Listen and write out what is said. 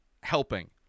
helping